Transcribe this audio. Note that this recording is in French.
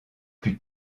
plus